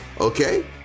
okay